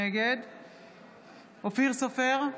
נגד אופיר סופר,